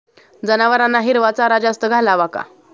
जनावरांना हिरवा चारा जास्त घालावा का?